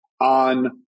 on